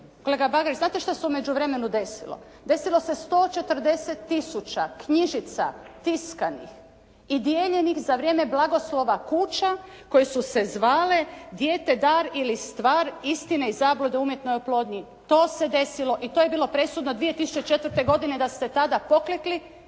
Kolega Bagarić, znate šta se u međuvremenu desilo? Desilo se 140 knjižica tiskanih i dijeljenih za vrijeme blagoslova kuća koje su se zvale "Dijete dar ili stvar, istine i zablude o umjetnoj oplodnji". To se desilo i to je bilo presudno 2004. godine da ste tada poklekli